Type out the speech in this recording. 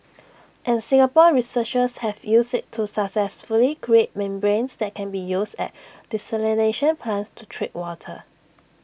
and Singapore researchers have used IT to successfully create membranes that can be used at desalination plants to treat water